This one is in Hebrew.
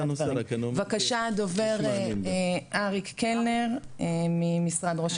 בבקשה הדובר אריק קלינר ממשרד ראש